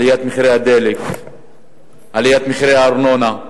על עליית מחירי הדלק ועל עליית סכומי הארנונה,